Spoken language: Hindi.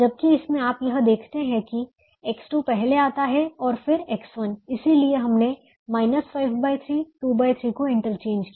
जबकि इसमें आप यह देखते है कि X2 पहले आता है और फिर X1 इसलिए हमने 53 23 को इंटरचेंज किया